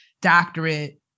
doctorate